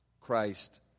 Christ